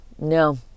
no